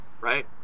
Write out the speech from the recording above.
right